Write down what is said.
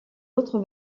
autres